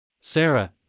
Sarah